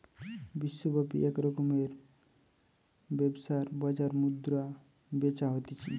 বিশ্বব্যাপী এক রকমের ব্যবসার বাজার মুদ্রা বেচা হতিছে